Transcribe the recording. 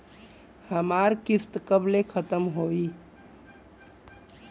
हमार किस्त कब ले खतम होई?